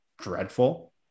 dreadful